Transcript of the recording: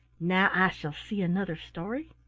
now i shall see another story?